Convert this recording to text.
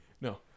No